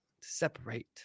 separate